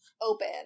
open